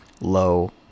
low